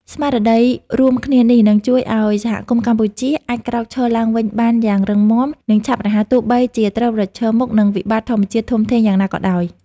ស្មារតីរួមគ្នានេះ នឹងជួយឱ្យសហគមន៍កម្ពុជាអាចក្រោកឈរឡើងវិញបានយ៉ាងរឹងមាំ និងឆាប់រហ័ស ទោះបីជាត្រូវប្រឈមមុខនឹងវិបត្តិធម្មជាតិធំធេងយ៉ាងណាក៏ដោយ។